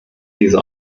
diese